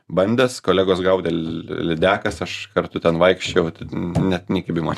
bandęs kolegos gaudė lydekas aš kartu ten vaikščiojau net nė kibimo